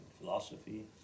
philosophy